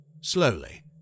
slowly